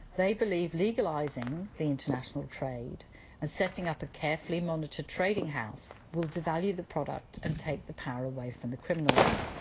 they believe legalising the international trade and setting up a carefully monitored trading house will devalue the product and take the power away from the criminals,